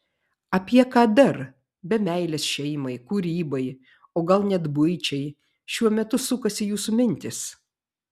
apie ką dar be meilės šeimai kūrybai o gal net buičiai šiuo metu sukasi jūsų mintys